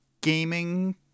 gaming